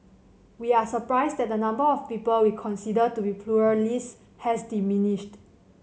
we are surprised that the number of people we consider to be pluralists has diminished